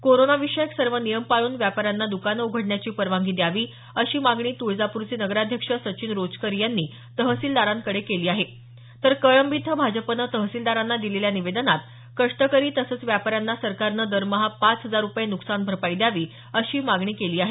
corona विषयक सर्व नियम पाळून व्यापाऱ्यांना दुकानं उघडण्याची परवानगी द्यावी अशी मागणी तुळजापूरचे नगराध्यक्ष सचिन रोचकरी यांनी तहसीलदारांकडे केली आहे तर कळंब इथं भाजपनं तहसीलदारांना दिलेल्या निवेदनात कष्टकरी तसंच व्यापाऱ्यांना सरकारनं दरमहा पाच हजार रुपये नुकसान भरपाई द्यावी अशी मागणी केली आहे